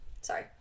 Sorry